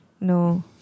No